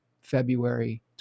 February